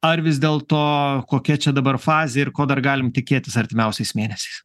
ar vis dėl to kokia čia dabar fazė ir ko dar galim tikėtis artimiausiais mėnesiais